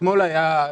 אתמול פרופ'